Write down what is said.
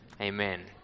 Amen